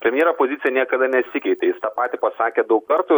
premjero pozicija niekada nesikeitė jis tą patį pasakė daug kartų